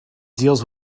deals